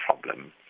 problem